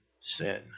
sin